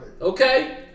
Okay